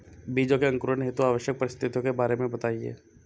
बीजों के अंकुरण हेतु आवश्यक परिस्थितियों के बारे में बताइए